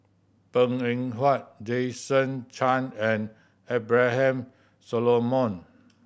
Png Eng Huat Jason Chan and Abraham Solomon